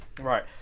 Right